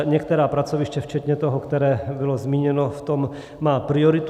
Některá pracoviště včetně toho, které bylo zmíněno, v tom mají prioritu.